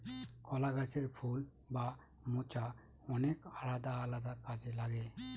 কলা গাছের ফুল বা মোচা অনেক আলাদা আলাদা কাজে লাগে